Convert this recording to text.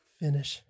finish